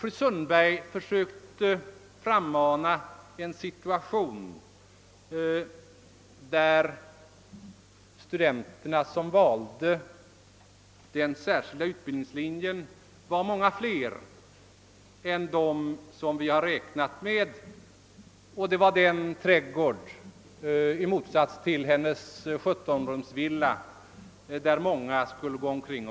Fru Sundberg försökte frammana en situation där de studenter som valde den särskilda utbildningslinjen var många fler än vad vi har räknat med; det var den trädgård — i motsats till hennes sjuttonrumsvilla — där många skulle vandra omkring.